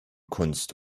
kunst